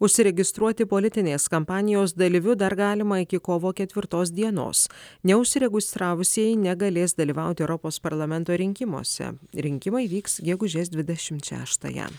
užsiregistruoti politinės kampanijos dalyviu dar galima iki kovo ketvirtos dienos neužsiregustravusieji negalės dalyvauti europos parlamento rinkimuose rinkimai vyks gegužės dvidešimt šeštąją